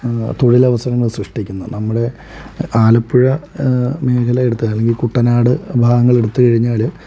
തൊഴിലവസരങ്ങൾ സൃഷ്ഠിക്കുന്നത് നമ്മുടെ ആലപ്പുഴ മേഖല എടുത്താൽ അല്ലെങ്കിൽ കുട്ടനാട് ഭാഗങ്ങൾ എടുത്തു കഴിഞ്ഞാൽ